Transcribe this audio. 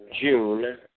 June